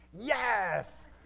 Yes